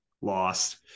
lost